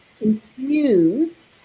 infuse